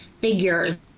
figures